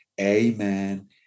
Amen